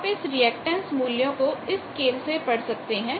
आप इस रिएक्टेंस मूल्यों को इस स्केल से पढ़ सकते हैं